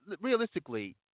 realistically